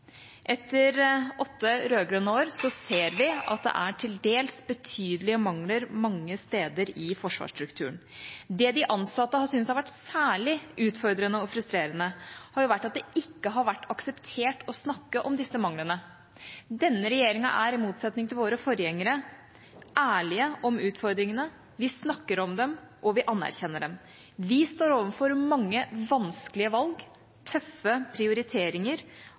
Etter åtte rød-grønne år ser vi at det er til dels betydelige mangler mange steder i forsvarsstrukturen. Det de ansatte syntes har vært særlig utfordrende og frustrerende, er at det ikke har vært akseptert å snakke om disse manglene. Denne regjeringa er i motsetning til våre forgjengere ærlige om utfordringene. Vi snakker om dem, og vi anerkjenner dem. Vi står overfor mange vanskelige valg, tøffe prioriteringer